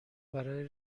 برای